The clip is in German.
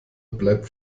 bleibt